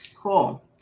Cool